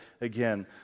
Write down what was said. again